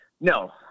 no